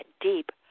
deep